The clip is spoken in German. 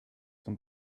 zum